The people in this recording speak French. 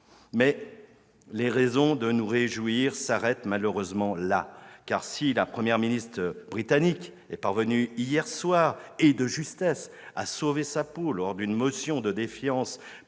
étant, les raisons de nous réjouir s'arrêtent malheureusement là ; car si la Première ministre britannique est parvenue hier soir, et de justesse, à sauver sa place malgré la motion de défiance présentée